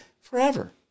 forever